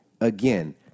again